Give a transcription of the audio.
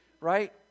right